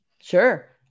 Sure